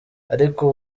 ariko